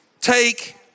take